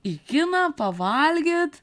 į kiną pavalgyt